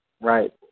right